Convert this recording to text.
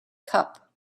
cup